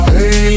Hey